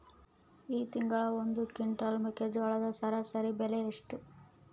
ಈ ತಿಂಗಳ ಒಂದು ಕ್ವಿಂಟಾಲ್ ಮೆಕ್ಕೆಜೋಳದ ಸರಾಸರಿ ಬೆಲೆ ಎಷ್ಟು?